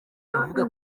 avuga